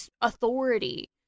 authority